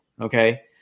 Okay